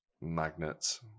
magnets